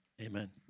Amen